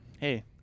hey